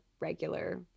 regular